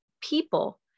people